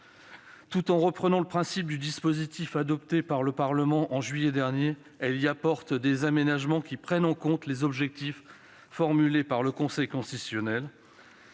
Tout en reprenant le principe du dispositif adopté par le Parlement au mois de juillet dernier, ce texte y apporte des aménagements qui prennent en compte les objections formulées par le Conseil constitutionnel.